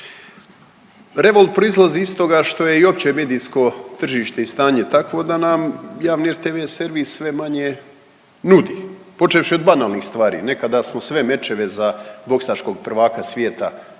Revolt proizlazi iz toga što je i opće medijsko tržište i stanje takvo da nam javni rtv servis sve manje nudi počevši od banalnih stvari. Nekada smo sve mečeve za boksačkog prvaka svijeta gledali